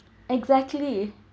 exactly